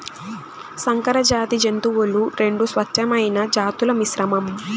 సంకరజాతి జంతువులు రెండు స్వచ్ఛమైన జాతుల మిశ్రమం